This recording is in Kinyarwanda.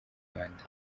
rwanda